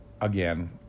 again